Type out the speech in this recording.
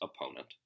opponent